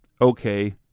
okay